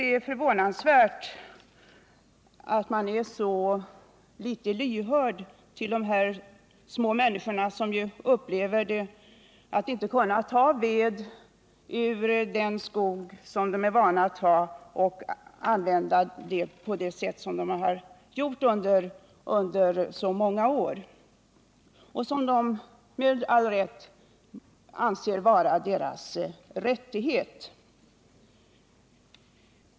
Det är anmärkningsvärt att man är så litet lyhörd för hur de berörda människorna upplever att de inte kan ta ved ur skogen såsom de är vana vid sedan så många år, något som de anser sig ha rätt till.